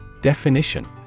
Definition